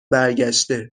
برگشته